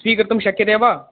स्वीकर्तुं शक्यते वा